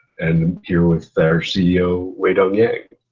and i'm here with our ceo weidong yang.